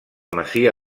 masia